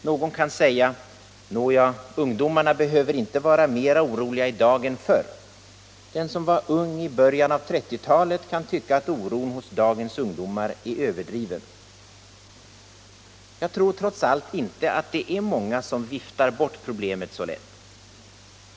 Någon kan säga: ”Nåja, ungdomarna behöver inte vara mer oroliga i dag än förr.” Den som var ung i början av 1930-talet kan tycka att oron hos dagens ungdomar är överdriven. Jag tror trots allt inte att det är många som viftar bort problemet så lätt.